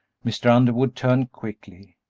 mr. underwood turned quickly.